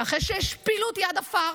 ואחרי שהשפילו אותי עד עפר,